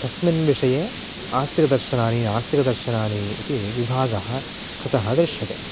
तस्मिन् विषये आस्तिकदर्शनानि नास्तिकदर्शनानि इति विभागः कृतः दृश्यते